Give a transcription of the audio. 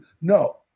No